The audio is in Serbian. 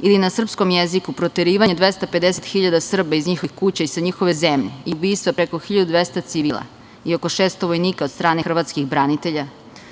ili na srpskom jeziku proterivanje 250.000 Srba iz njihovih kuća i sa njihove zemlje i ubistva preko 1200 civila i oko 600 vojnika od strane hrvatskih branitelja,